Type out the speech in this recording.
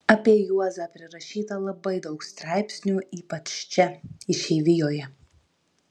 apie juozą prirašyta labai daug straipsnių ypač čia išeivijoje